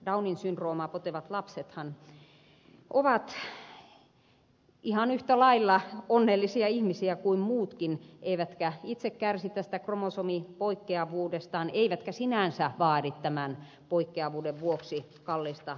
downin syndroomaa potevat lapsethan ovat ihan yhtä lailla onnellisia ihmisiä kuin muutkin eivätkä itse kärsi tästä kromosomipoikkeavuudestaan eivätkä sinänsä vaadi tämän poikkeavuuden vuoksi kallista laitoshoitoa